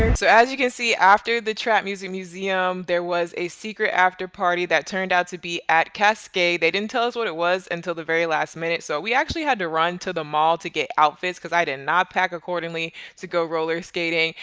and so as you can see, after the trap music museum, there was a secret after party that turned out to be at cascade. they didn't tell us what it was until the very last minute. so we actually had to run to the mall to get outfits cause i didn't not pack accordingly to go roller skating.